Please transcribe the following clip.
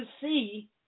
see